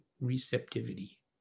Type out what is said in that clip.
receptivity